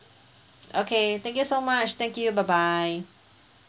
okay thank you so much thank you bye bye